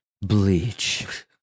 Bleach